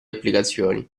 applicazioni